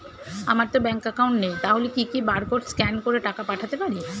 আমারতো bank account নেই তাহলে কি কি বারকোড স্ক্যান করে টাকা পাঠাতে পারি?